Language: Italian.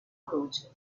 croce